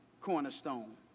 cornerstone